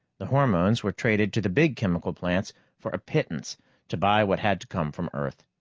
the hormones were traded to the big chemical plants for a pittance to buy what had to come from earth.